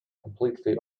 completely